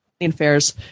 Affairs